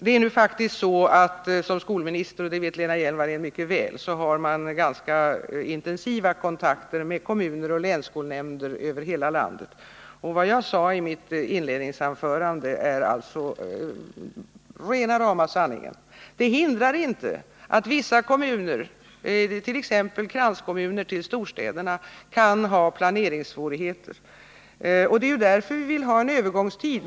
Men såsom skolminister — och det vet Lena Hjelm-Wallén mycket väl — har man faktiskt ganska intensiva kontakter med kommuner och länsskolnämnder över hela landet. Vad jag sade i mitt inledningsanförande är rena rama sanningen. Det hindrar dock inte att vissa kommuner, t.ex. kranskommuner till storstäderna, kan ha planeringssvårigheter. Därför vill vi ha en övergångstid.